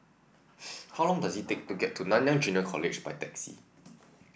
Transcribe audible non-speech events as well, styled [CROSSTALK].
[NOISE] how long does it take to get to Nanyang Junior College by taxi